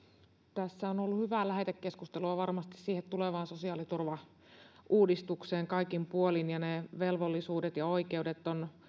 tässä on ollut hyvää lähetekeskustelua varmasti siihen tulevaan sosiaaliturvauudistukseen kaikin puolin ne velvollisuudet ja oikeudet ovat